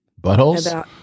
buttholes